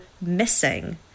missing